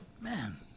man